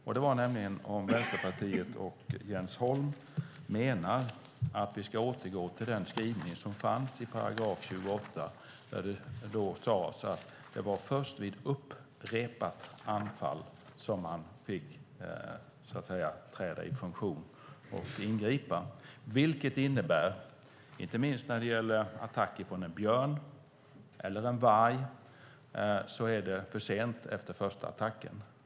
Jag undrar om Vänsterpartiet och Jens Holm menar att vi ska återgå till den skrivning som fanns i § 28 där det sades att det var först vid upprepade anfall som man fick träda i funktion och ingripa. Det innebär, inte minst när det gäller en attack från en björn eller en varg, att det är för sent efter första attacken.